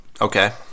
Okay